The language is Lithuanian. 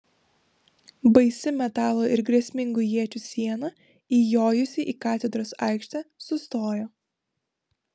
baisi metalo ir grėsmingų iečių siena įjojusi į katedros aikštę sustojo